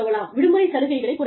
விடுமுறை சலுகைகளை குறைக்கலாம்